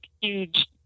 huge